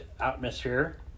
atmosphere